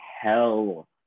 hell